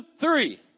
three